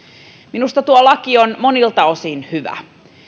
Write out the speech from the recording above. minusta tuo laki on monilta osin hyvä